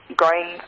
growing